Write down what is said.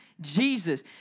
Jesus